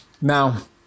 Now